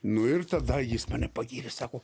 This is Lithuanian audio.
nu ir tada jis mane pagyrė sako